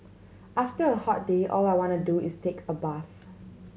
after a hot day all I want to do is take a bath